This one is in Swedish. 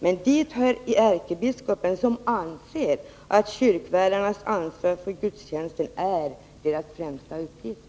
Dit hör ärkebiskopen som anser att kyrkvärdarnas ansvar för gudstjänsten är deras främsta uppgift.”